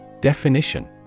Definition